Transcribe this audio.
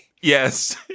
Yes